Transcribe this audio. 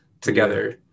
together